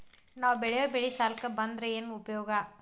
ನಾವ್ ಬೆಳೆಯೊ ಬೆಳಿ ಸಾಲಕ ಬಂದ್ರ ಏನ್ ಉಪಯೋಗ?